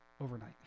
overnight